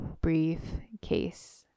briefcase